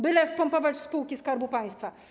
Byle wpompować w spółki Skarbu Państwa.